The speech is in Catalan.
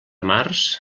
març